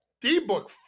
D-Book